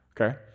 okay